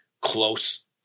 close